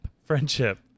Friendship